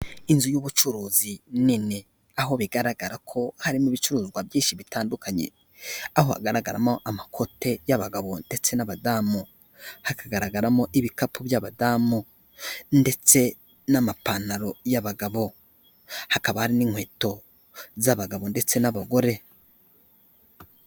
Inzu y'ubucuruzi nini aho bigaragara ko harimo ibicuruzwa byinshi bitandukanye, aho hagaragaramo amakote y'abagabo ndetse n'abadamu, hakagaragaramo ibikapu by'abadamu ndetse n'amapantaro y'abagabo, hakaba hari n'inkweto z'abagabo ndetse n'abagore.